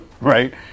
right